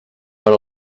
per